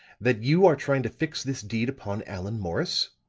that you are trying to fix this deed upon allan morris?